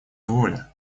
воля